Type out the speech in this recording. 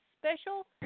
Special